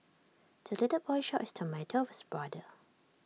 the little boy shared his tomato with brother